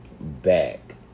back